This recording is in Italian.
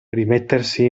rimettersi